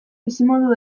bizimodu